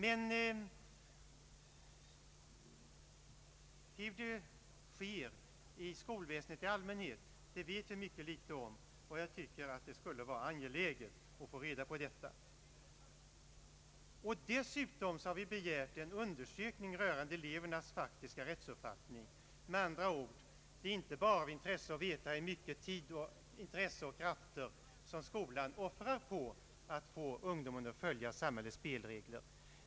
Jag vet emellertid mycket litet om hur rättsundervisningen sker inom skolväsendet i allmänhet, och jag tycker att det är angeläget att få reda på detta. Dessutom har vi begärt en undersökning rörande elevernas faktiska rättsuppfattning. Med andra ord: Det är inte bara av intresse att veta hur mycket tid, intresse och krafter som skolan offrar på att få ungdomen att följa samhällets spelregler.